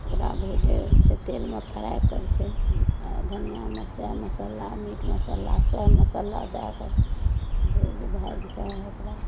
ओकरा भुजै छै तेलमे फराइ करैत छै आ धनियाँ मरचाइ मसल्ला मीट मसल्ला सब मसल्ला दएके भुजि भाजिके ओकरा